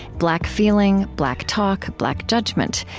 black feeling, black talk black judgment,